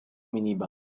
minibar